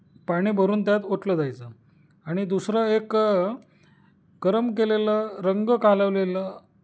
पाणी भरून त्यात ओतलं जायचं आणि दुसरं एक गरम केलेलं रंग कालवलेलं